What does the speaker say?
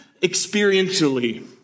experientially